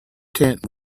tent